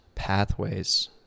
pathways